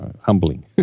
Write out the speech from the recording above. humbling